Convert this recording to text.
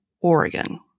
Oregon